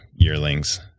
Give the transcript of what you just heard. yearlings